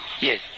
Yes